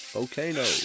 Volcano